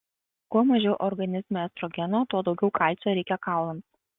kuo mažiau organizme estrogeno tuo daugiau kalcio reikia kaulams